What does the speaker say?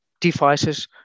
devices